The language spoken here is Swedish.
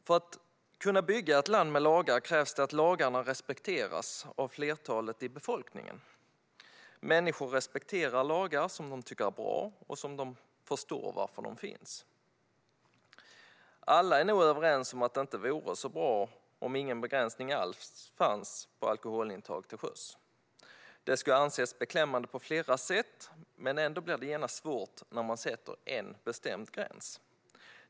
För att kunna bygga ett land med lagar krävs det att lagarna respekteras av flertalet i befolkningen. Människor respekterar lagar om de tycker att de är bra och förstår varför de finns. Alla är nog överens om att det inte vore så bra om ingen begränsning alls fanns för alkoholintag till sjöss. Det skulle anses beklämmande på flera sätt, men ändå blir det genast svårt när man sätter en bestämd gräns.